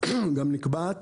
גם נקבעת